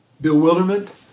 bewilderment